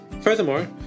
Furthermore